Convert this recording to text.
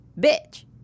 bitch